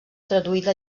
traduïda